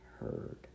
heard